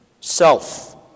Self